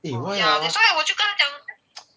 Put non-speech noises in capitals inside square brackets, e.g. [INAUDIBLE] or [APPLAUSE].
eh why ah [NOISE]